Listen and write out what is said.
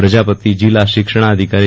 પ્રજાપતિ જિલ્લા શિક્ષણાધિકારી ડો